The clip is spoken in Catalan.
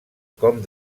com